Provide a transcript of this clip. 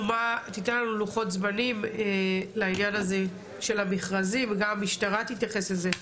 לוחות זמנים לענין הזה של המכרזים וגם המשטרה תתייחס לזה.